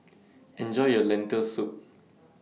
Enjoy your Lentil Soup